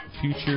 Future